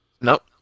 Nope